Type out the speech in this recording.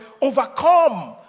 overcome